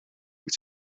wyt